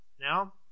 now